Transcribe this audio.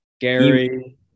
Gary